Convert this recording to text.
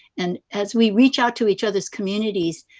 and as we reach out to each other's communities,